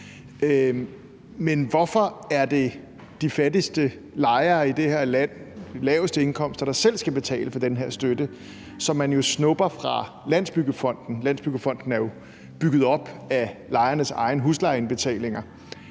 Men hvorfor er det de fattigste lejere med de laveste indkomster i det her land, der selv skal betale for den her støtte, som man jo snupper fra Landsbyggefonden? Landsbyggefonden er jo bygget op af lejernes egne huslejeindbetalinger.